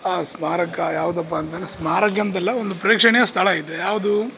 ಆ ಸ್ಮಾರಕ ಯಾವ್ದಪ್ಪ ಅಂತಂದ್ರೆ ಸ್ಮಾರಕ ಅಂತಲ್ಲ ಒಂದು ಪ್ರೇಕ್ಷಣೀಯ ಸ್ಥಳ ಇದೆ ಯಾವುದು